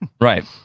right